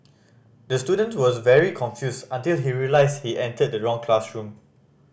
the student was very confused until he realised he entered the wrong classroom